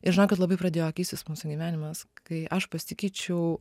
ir žinokit labai pradėjo keistis mūsų gyvenimas kai aš pasikeičiau